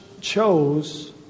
chose